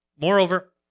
Moreover